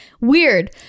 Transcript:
weird